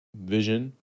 vision